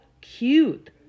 cute